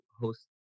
host